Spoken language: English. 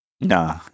Nah